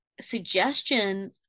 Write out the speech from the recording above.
suggestion